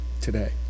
today